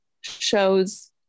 shows